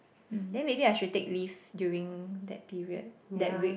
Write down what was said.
mm then maybe I should take leave during that period that week